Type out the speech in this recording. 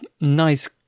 Nice